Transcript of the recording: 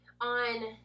On